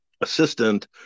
assistant